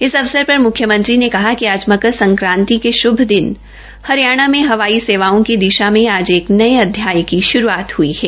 इस अवसर र मुख्यमंत्री ने कहा कि आज मंकर संक्रान्ति के शुभ दिन हरियाणा में हवाई सेवाओं की दिशा में आज एक नए अध्याय की श्रुआत हई है